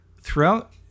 throughout –